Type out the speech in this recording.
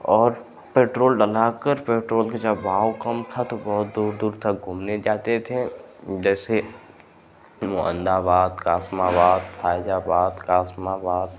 और पेट्रोल डलाकर पेट्रोल का जब भाव कम था तो बहुत दूर दूर तक घूमने जाते थे जैसे मोहन्दाबाद कासमाबाद फैज़ाबाद कासमाबाद